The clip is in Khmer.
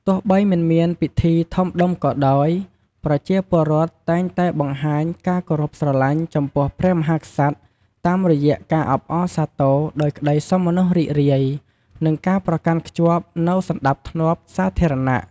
ទោះបីមិនមានពិធីធំដុំក៏ដោយ ប្រជាពលរដ្ឋតែងតែបង្ហាញការគោរពស្រឡាញ់ចំពោះព្រះមហាក្សត្រតាមរយៈការអបអរសាទរដោយក្តីសោមនស្សរីករាយ និងការប្រកាន់ខ្ជាប់នូវសណ្តាប់ធ្នាប់សាធារណៈ។